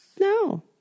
No